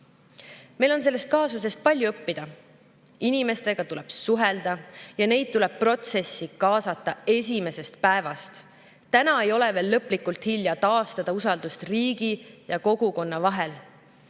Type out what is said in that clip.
asi. Meil on sellest kaasusest palju õppida. Inimestega tuleb suhelda ja neid tuleb protsessi kaasata esimesest päevast. Täna ei ole veel lõplikult hilja taastada usaldust riigi ja kogukonna vahel.